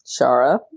Shara